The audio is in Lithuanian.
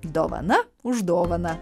dovana už dovaną